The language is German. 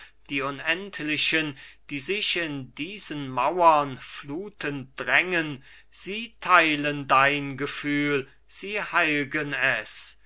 die unendlichen die sich in diesen mauren flutend drängen sie teilen dein gefühl sie heilgen es